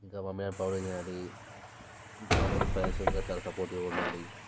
ఇంక మామ్మీ డాడీకి ప్రొవైడ్ చెయ్యాలి ఇంకా వాళ్ళకి ఫైనాన్సియల్గా చాలా సపోర్ట్గా ఉండాలి